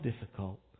difficult